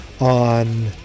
on